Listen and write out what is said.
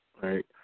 Right